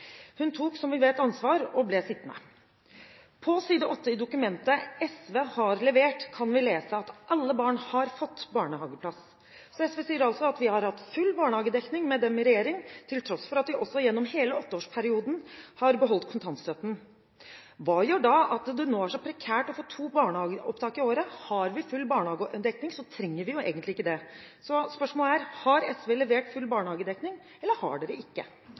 Hun tok, som vi vet, ansvar og ble sittende. På side 8 i dokumentet «SV har levert!» kan vi lese at alle barn har fått barnehageplass. SV sier altså at vi har hatt full barnehagedekning med dem i regjering, til tross for at vi også gjennom hele åtteårsperioden har beholdt kontantstøtten. Hva gjør da at det nå er så prekært å få to barnehageopptak i året? Har vi full barnehagedekning, trenger vi jo egentlig ikke det. Spørsmålet er: Har SV levert full barnehagedekning, eller har de det ikke?